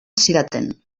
zidaten